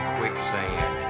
quicksand